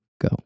go